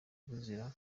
ruzira